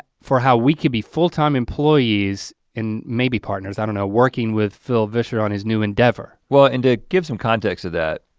for how we could be full-time employees and maybe partners i don't know working with phil vischer on his new endeavor. well, and give some context of that.